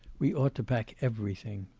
we ought to pack everything